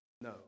No